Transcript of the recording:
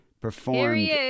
performed